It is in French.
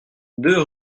deux